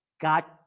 got